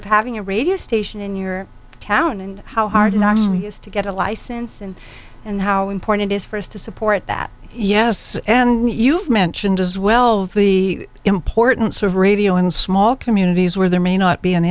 of having a radio station in your town and how hard not to get a license and and how important is for us to support that yes and you've mentioned as well of the importance of radio in small communities where there may not be an